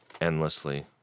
endlessly